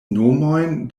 nomojn